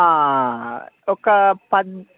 ఒక పద్